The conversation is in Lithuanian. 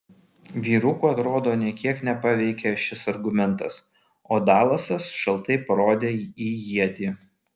vyrukų atrodo nė kiek nepaveikė šis argumentas o dalasas šaltai parodė į ietį